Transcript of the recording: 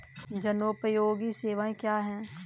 जनोपयोगी सेवाएँ क्या हैं?